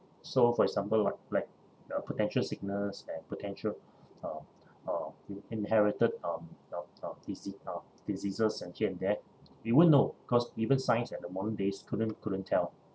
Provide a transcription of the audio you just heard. so for example like like uh potential sickness and potential um um inherited um um um disea~ um diseases and here and there we won't know because even science at the modern days couldn't couldn't tell